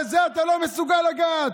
בזה אתה לא מסוגל לגעת,